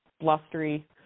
blustery